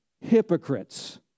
hypocrites